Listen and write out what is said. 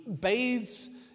bathes